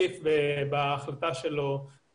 בית המשפט העליון הוסיף בהחלטה שלו מאתמול